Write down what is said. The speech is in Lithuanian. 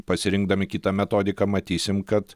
pasirinkdami kitą metodiką matysim kad